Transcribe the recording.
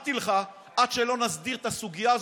אמרתי לך: עד שלא נסדיר את הסוגיה הזאת,